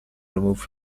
removed